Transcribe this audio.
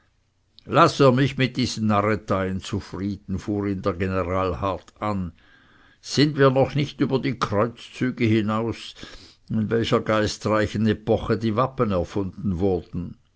laß er mich mit diesen narreteien zufrieden fuhr ihn der general hart an sind wir noch nicht über die kreuzzüge hinaus in welcher geistreichen epoche die wappen erfunden wurden